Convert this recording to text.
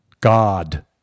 God